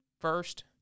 first